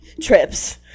trips